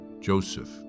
Joseph